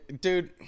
Dude